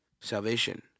salvation